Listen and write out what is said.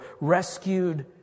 rescued